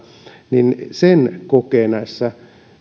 niin sen kokee näissä